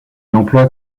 emploie